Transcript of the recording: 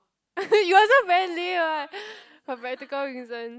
you also very lame what for practical reason